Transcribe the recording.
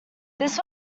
this